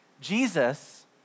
Jesus